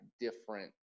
different